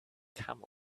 camel